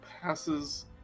passes